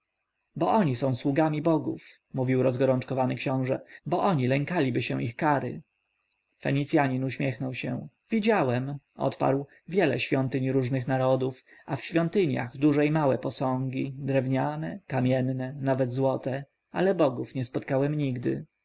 bo oni są sługami bogów mówił rozgorączkowany książę bo oni lękaliby się ich kary fenicjanin uśmiechnął się widziałem odparł wiele świątyń różnych narodów a w świątyniach duże i małe posągi drewniane kamienne nawet złote ale bogów nie spotkałem nigdy